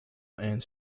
and